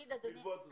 נעשה את זה,